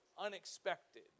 Unexpected